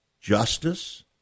justice